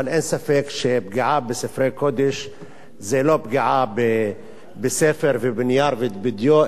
אבל אין ספק שפגיעה בספרי קודש זה לא פגיעה בספר ובנייר ובדיו,